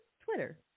Twitter